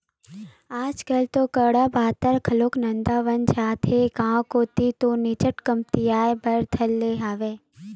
आजकल तो गाड़ा बइला घलोक नंदावत जात हे गांव कोती तो निच्चट कमतियाये बर धर ले हवय